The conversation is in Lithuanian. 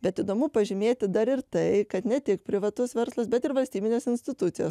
bet įdomu pažymėti dar ir tai kad ne tik privatus verslas bet ir valstybinės institucijos